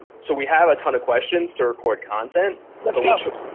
so we have a ton of questions to record content let's go.